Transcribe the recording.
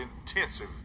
intensive